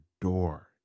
door